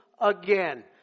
again